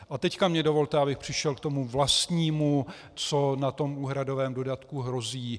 A teď mi dovolte, abych přešel k tomu vlastnímu, co na tom úhradovém dodatku hrozí.